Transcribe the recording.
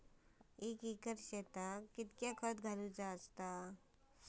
एक एकर शेताक कीतक्या खत घालूचा?